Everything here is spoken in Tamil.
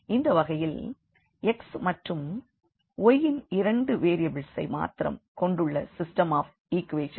இந்த வகையில் x மற்றும் y என்ற இரண்டு வேரியபிள்ஸ்ஐ மாத்திரம் கொண்டுள்ள சிஸ்டம் ஆஃப் ஈக்வேஷன்ஸ்